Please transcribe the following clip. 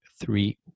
three